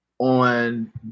on